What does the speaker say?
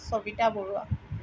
Sabita Barua